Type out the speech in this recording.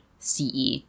CE